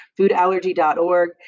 foodallergy.org